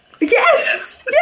yes